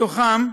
מתוכן,